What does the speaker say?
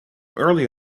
early